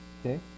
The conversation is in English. Okay